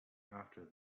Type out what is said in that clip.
after